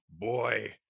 boy